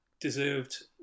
deserved